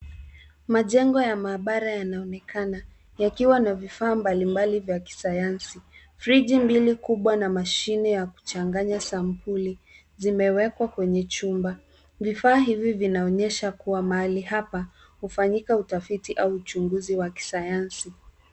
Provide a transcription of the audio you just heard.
Majengo ya maabara yanaonekana yakiwa na vifaa mbalimbali vya kisayansi. Friji mbili kubwa na mashine ya kuchanganya sampuli, zimewekwa kwenye chumba. Vifaa hivi vinaonyesha kuwa mahali hapa hufanyika utafiti au uchunguzi wa kisayansi.